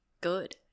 good